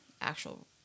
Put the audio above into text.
actual